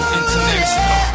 international